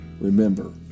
Remember